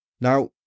Now